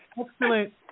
excellent